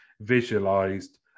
visualized